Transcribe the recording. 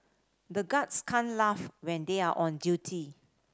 the guards can't laugh when they are on duty